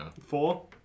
Four